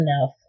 enough